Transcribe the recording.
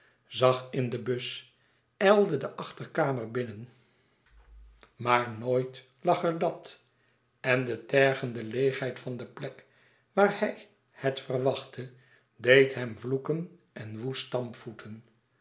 zag in de bus ijlde de achterkamer binnen maar nooit lag er dàt en de tergende leêgheid van de plek waar hij het verwachtte deed hem vloeken en woest stampvoeten